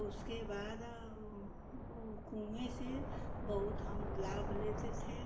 उसके बाद कुएँ से बहुत हम लाभ लेते थे